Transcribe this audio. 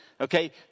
okay